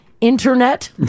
internet